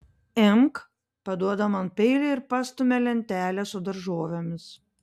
imk paduoda man peilį ir pastumia lentelę su daržovėmis